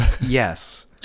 Yes